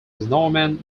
normand